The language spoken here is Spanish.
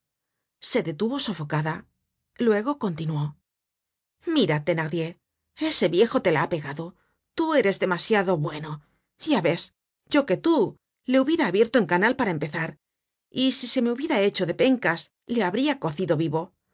se detuvo sofocada luego continuó mira thenardier ese viejo te la ha pegado tú eres demasiado bueno ya ves yo que tú le hubiera abierto en canal para empezar y si se me hubiera hecho de pencas le habria cocido vivo